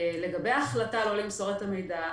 לגבי ההחלטה לא למסור את המידע,